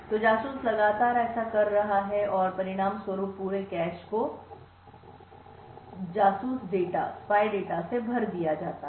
तो जासूस लगातार ऐसा कर रहा है और परिणामस्वरूप पूरे कैश को जासूस डेटा से भर दिया जाता है